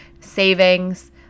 Savings